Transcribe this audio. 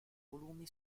volumi